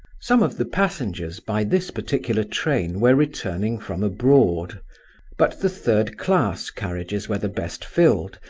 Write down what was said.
some of the passengers by this particular train were returning from abroad but the third-class carriages were the best filled,